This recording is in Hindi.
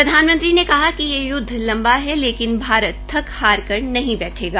प्रधानमंत्री ने कहा कि ये युदव लम्बा है लेकिन भारत थक हार कर नहीं बैठेगा